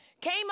came